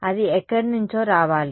అది ఎక్కడి నుంచో రావాలి